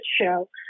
show